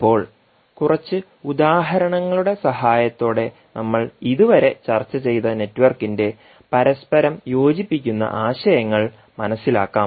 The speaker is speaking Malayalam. ഇപ്പോൾ കുറച്ച് ഉദാഹരണങ്ങളുടെ സഹായത്തോടെ നമ്മൾ ഇതുവരെ ചർച്ച ചെയ്ത നെറ്റ്വർക്കിന്റെ പരസ്പരം യോജിപ്പിക്കുന്ന ആശയങ്ങൾ മനസ്സിലാക്കാം